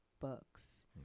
books